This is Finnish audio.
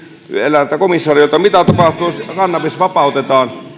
eräältä komisariolta mitä tapahtuu jos kannabis vapautetaan